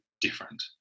different